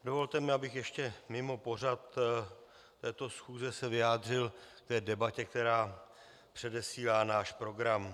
Dovolte mi, abych ještě mimo pořad této schůze se vyjádřil k debatě, která předesílá náš program.